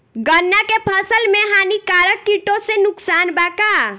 गन्ना के फसल मे हानिकारक किटो से नुकसान बा का?